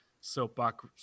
soapbox